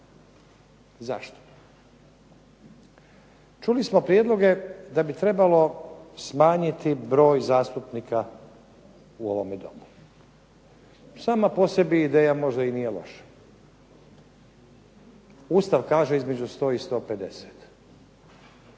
Zašto? Čuli smo prijedloge da bi trebalo smanjiti broj zastupnika u ovome Domu. Sama po sebi ideja možda i nije loša. Ustav kaže između 100 i 150.